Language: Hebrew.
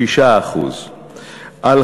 6%; 3,